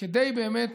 כדי באמת